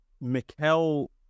Mikel